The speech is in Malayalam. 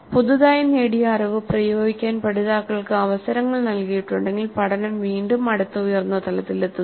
പുതുതായി നേടിയ അറിവ് പ്രയോഗിക്കാൻ പഠിതാക്കൾക്ക് അവസരങ്ങൾ നൽകിയിട്ടുണ്ടെങ്കിൽ പഠനം വീണ്ടും അടുത്ത ഉയർന്ന തലത്തിലെത്തുന്നു